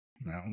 Now